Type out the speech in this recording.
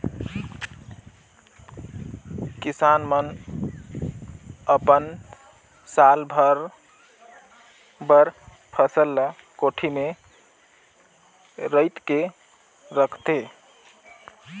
किसान मन अपन साल भर बर फसल ल कोठी में सइत के रखथे